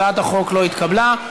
הצעת החוק לא התקבלה.